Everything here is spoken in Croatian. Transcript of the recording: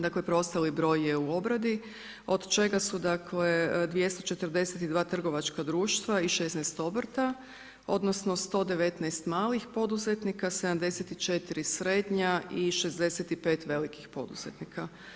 Dakle, preostali broj je u obradi od čega su, dakle 242 trgovačka društva i 16 obrta odnosno 119 malih poduzetnika, 74 srednja i 65 velikih poduzetnika.